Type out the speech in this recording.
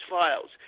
files